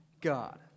God